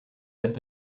had